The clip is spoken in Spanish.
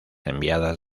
enviadas